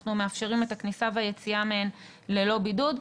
מאפשרים את הכניסה והיציאה מהן ללא בידוד,